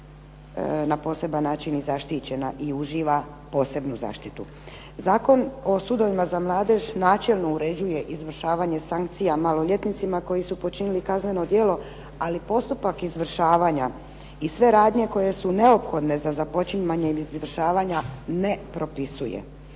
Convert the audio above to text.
na poseban način i zaštićena i uživa posebnu zaštitu. Zakon o sudovima za mladež načelno uređuje izvršavanje sankcija maloljetnicima koji su počinili kazneno djelo, ali postupak izvršavanja i sve radnje koje su neophodne za započimanje izvršavanja ne propisuje.